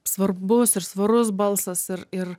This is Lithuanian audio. svarbus ir svarus balsas ir ir